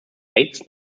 eighth